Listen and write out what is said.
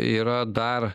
yra dar